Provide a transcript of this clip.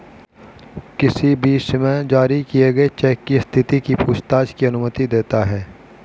किसी भी समय जारी किए चेक की स्थिति की पूछताछ की अनुमति देता है